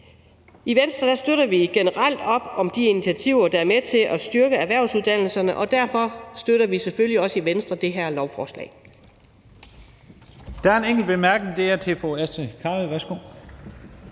I Venstre støtter vi generelt op om de initiativer, der er med til at styrke erhvervsuddannelserne, og derfor støtter vi selvfølgelig også i Venstre det her lovforslag.